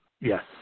Yes